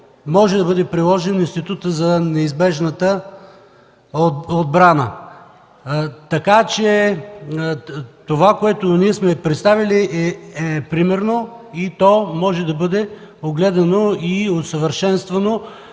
може да бъде приложен институтът за неизбежната отбрана. Това, което ние сме представили, е примерно и то може да бъде огледано и усъвършенствано,